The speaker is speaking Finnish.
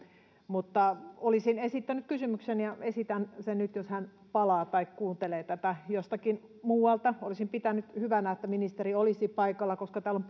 olisin esittänyt kysymyksen ja esitän sen nyt jos hän palaa tai kuuntelee tätä jostakin muualta olisin pitänyt hyvänä että ministeri olisi paikalla koska täällä on